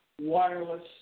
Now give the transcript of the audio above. wireless